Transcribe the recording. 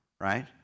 right